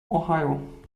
ohio